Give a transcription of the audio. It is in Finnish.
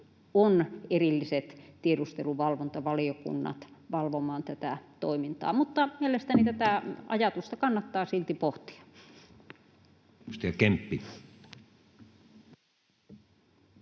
on erilliset tiedusteluvalvontavaliokunnat valvomaan tätä toimintaa. Mutta mielestäni tätä ajatusta kannattaa silti pohtia. [Speech